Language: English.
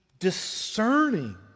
discerning